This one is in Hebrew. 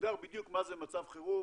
ומוגדר בדיוק מה זה מצב חירום,